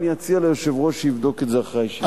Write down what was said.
ואני אציע ליושב-ראש שיבדוק את זה אחרי הישיבה.